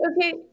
okay